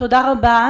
תודה רבה.